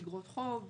אגרות חוב.